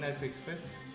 Express